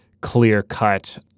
clear-cut